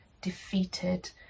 defeated